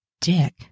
dick